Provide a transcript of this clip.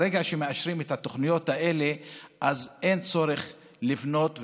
ברגע שמאשרים את התוכניות האלה אז אין צורך לבנות,